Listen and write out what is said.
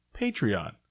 Patreon